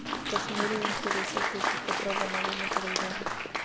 कश्मीरी उन के रेशा के उपयोग कपड़ा बनावे मे करल जा हय